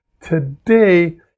today